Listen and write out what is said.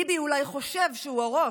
ביבי אולי חושב שהוא הראש,